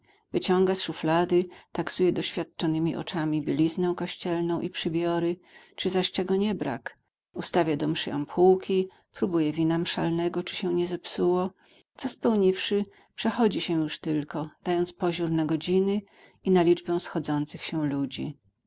wyciąga szuflady taksuje doświadczonemi oczyma bieliznę kościelną i przybiory czy zaś czego nie brak ustawia do mszy ampułki próbuje wina mszalnego czy się nie zepsuło co spełniwszy przechodzi się już tylko dając poziór na godziny i na liczbę schodzących się ludzi